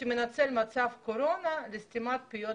שמנצל את מצב הקורונה לסתימת פיות